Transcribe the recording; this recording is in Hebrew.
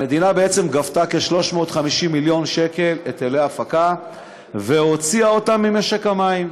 המדינה בעצם גבתה כ-350 מיליון שקל היטלי הפקה והוציאה אותם ממשק המים.